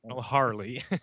Harley